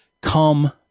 come